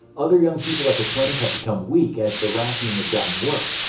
other young people at the clinic have become weak as the rationing has gotten worse,